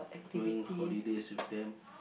going holidays with them